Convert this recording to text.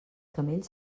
camells